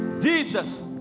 Jesus